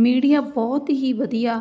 media ਬਹੁਤ ਹੀ ਵਧੀਆ